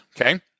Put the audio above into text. Okay